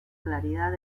claridad